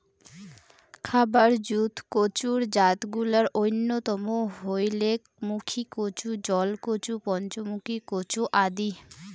খাবার জুত কচুর জাতগুলার অইন্যতম হইলেক মুখীকচু, জলকচু, পঞ্চমুখী কচু আদি